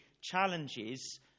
challenges